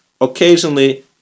occasionally